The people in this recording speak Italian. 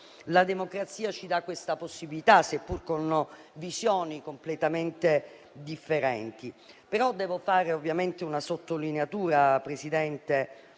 la democrazia ci dà questa possibilità, seppur con visioni completamente differenti. Devo fare una sottolineatura, signor Presidente,